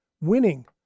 winning